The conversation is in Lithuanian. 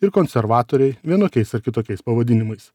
ir konservatoriai vienokiais ar kitokiais pavadinimais